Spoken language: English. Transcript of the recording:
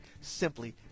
simply